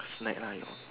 snake lah your